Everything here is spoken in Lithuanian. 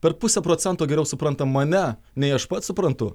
per pusę procento geriau supranta mane nei aš pats suprantu